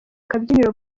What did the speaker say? kabyiniro